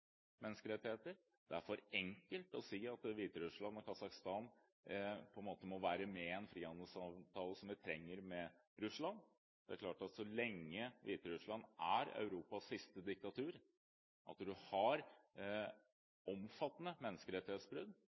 er for enkelt å si at Hviterussland og Kasakhstan må være med i en frihandelsavtale som vi trenger med Russland. For Venstre er det klart at så lenge Hviterussland er Europas siste diktatur, med omfattende menneskerettighetsbrudd